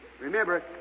Remember